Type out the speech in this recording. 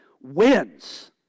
wins